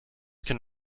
can